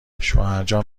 شوهرجان